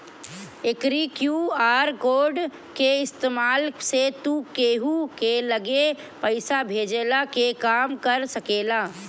एकरी QR code के इस्तेमाल से तू केहू के लगे पईसा भेजला के काम कर सकेला